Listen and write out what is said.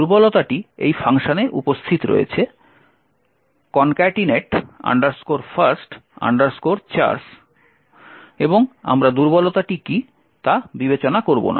দুর্বলতাটি এই ফাংশনে উপস্থিত রয়েছে concatenate first chars এবং আমরা দুর্বলতাটি কী তা বিবেচনা করব না